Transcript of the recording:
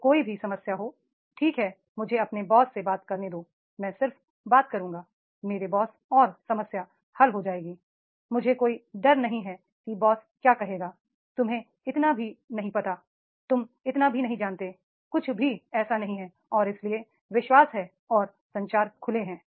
तो कोई भी समस्या हो ठीक है मुझे अपने बॉस से बात करने दो मैं सिर्फ बात करूंगा मेरे बॉस और समस्या हल हो जाएगी मुझे कोई डर नहीं है कि बॉस क्या कहेगा 'तुम्हे इतना भी नहीं आता तुम इतना नहीं जानते कुछ भी ऐसा नहीं है और इसलिए विश्वास है और संचार खुले हैं